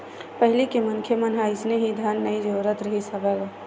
पहिली के मनखे मन ह अइसने ही धन नइ जोरत रिहिस हवय गा